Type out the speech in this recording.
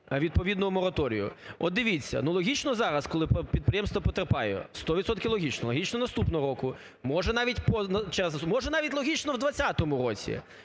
відповідного мораторію. От дивіться, ну, логічно зараз, коли підприємство потерпає, сто відсотків логічно. Логічно наступного року, може навіть логічно у 2020 році.